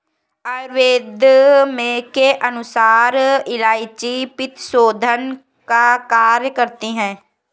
आयुर्वेद के अनुसार इलायची पित्तशोधन का कार्य करती है